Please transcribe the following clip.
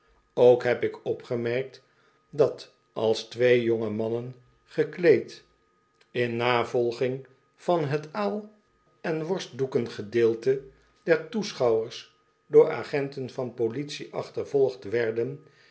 ook heb ik opgemerkt dat als twee jongemannen gekleed in navolging van het aal en worst halsdkikhns ken rmziijo itit jccn handel drijf een reiziger die geen handel drijft doeken gedeelte der toeschouwers door agenten van poliüo achtervolgd werden